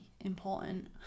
important